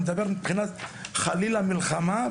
אני מדבר מבחינת חלילה מלחמה,